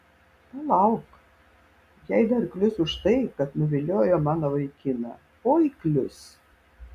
palauk jai dar klius už tai kad nuviliojo mano vaikiną oi klius